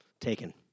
taken